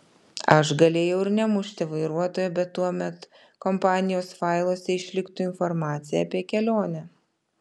aš galėjau ir nemušti vairuotojo bet tuomet kompanijos failuose išliktų informacija apie kelionę